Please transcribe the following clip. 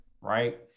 right